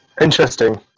Interesting